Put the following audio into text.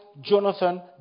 Jonathan